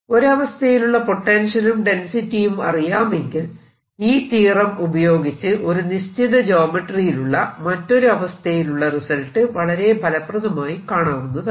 ഒരു അവസ്ഥയിലുള്ള പൊട്ടൻഷ്യലും ഡെൻസിറ്റിയും അറിയാമെങ്കിൽ ഈ തിയറം ഉപയോഗിച്ച് ഒരു നിശ്ചിത ജ്യോമെട്രി യിലുള്ള മറ്റൊരു അവസ്ഥയിലുള്ള റിസൾട്ട് വളരെ ഫലപ്രദമായി കാണാവുന്നതാണ്